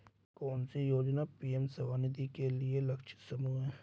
कौन सी योजना पी.एम स्वानिधि के लिए लक्षित समूह है?